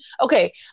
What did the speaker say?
okay